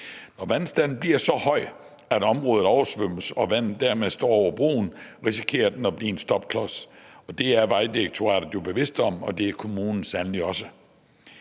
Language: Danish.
Når vandstanden bliver så høj, at området oversvømmes og vandet dermed står over broen, risikerer den at blive en stopklods, og det er Vejdirektoratet jo bevidst om, og det er kommunen sandelig også.